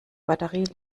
batterie